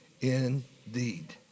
indeed